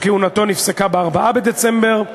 שכהונתו נפסקה ב-4 בדצמבר,